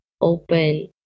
open